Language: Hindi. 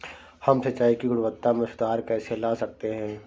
हम सिंचाई की गुणवत्ता में सुधार कैसे ला सकते हैं?